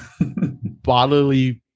bodily